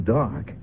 dark